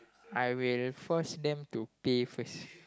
I will force them to pay first